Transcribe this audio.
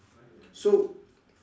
so